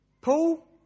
Paul